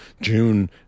June